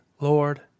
Lord